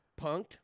punked